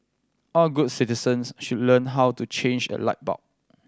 all good citizens should learn how to change a light bulb